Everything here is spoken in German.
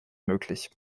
möglich